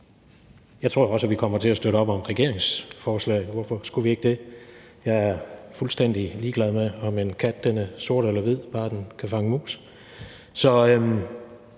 Jeg tror også, at vi kommer til at støtte op om regeringens forslag. Hvorfor skulle vi ikke det? Jeg er fuldstændig ligeglad med, om en kat er sort eller hvid, bare den kan fange mus.